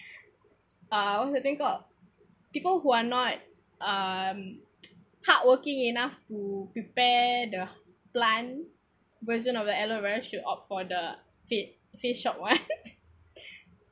uh what's the thing called people who are not um hardworking enough to prepare the plant version of the aloe vera should opt for the fa~ Face Shop [one]